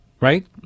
right